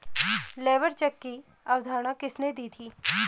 Labour check की अवधारणा किसने दी थी?